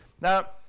now